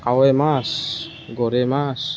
কাৱৈ মাছ গৰৈ মাছ